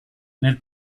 nel